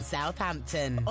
Southampton